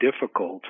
difficult